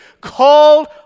called